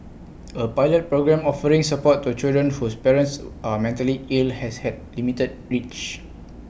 A pilot programme offering support to children whose parents are mentally ill has had limited reach